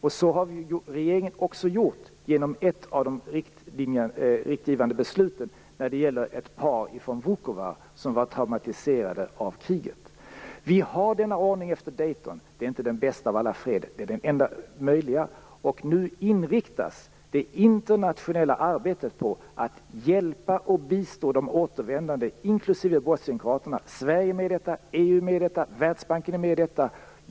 Och det har regeringen också gjort genom ett av de riktgivande besluten angående ett par personer från Vi har denna ordning efter Daytonavtalet. Det är inte den bästa av alla fredsuppgörelser, men det är den enda möjliga. Nu inriktas det internationella arbetet på att hjälpa och bistå återvändande, inklusive bosnienkroaterna. Sverige, EU och Världsbanken är med i detta arbete.